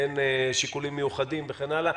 בין שיקולים מיוחדים וכן הלאה.